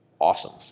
awesome